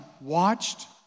watched